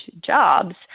jobs